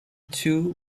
two